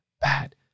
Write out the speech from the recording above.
bad